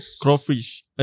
crawfish